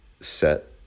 set